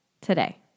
Today